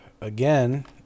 Again